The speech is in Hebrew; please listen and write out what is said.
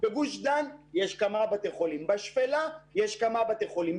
בגוש דן יש מספר בתי חולים,